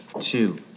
two